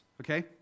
Okay